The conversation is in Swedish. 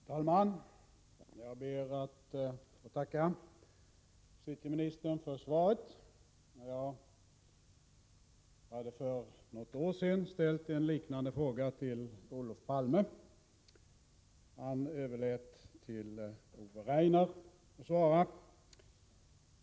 Herr talman! Jag ber att få tacka justitieministern för svaret. Jag ställde för något år sedan en liknande fråga till Olof Palme. Han överlät till Ove Rainer att svara.